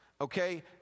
okay